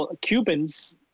Cubans